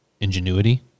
ingenuity